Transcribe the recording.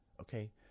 Okay